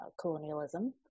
colonialism